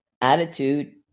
Attitude